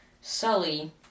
Sully